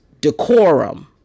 decorum